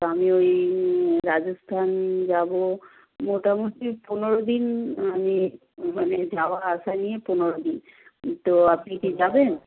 তো আমি ওই রাজস্থান যাবো মোটামুটি পনেরো দিন মানে মানে যাওয়া আসা নিয়ে পনেরো দিন তো আপনি কি যাবেন